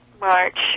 March